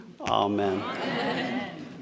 Amen